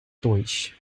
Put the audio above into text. deutsch